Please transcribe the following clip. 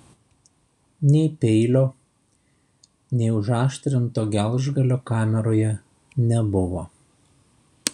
nei peilio nei užaštrinto gelžgalio kameroje nebuvo